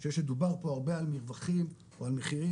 אני חושב שדובר פה הרבה על מרווחים או על מחירים,